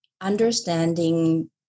understanding